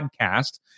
podcast